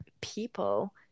people